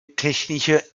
technische